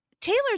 Taylor